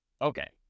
Okay